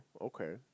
okay